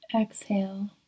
Exhale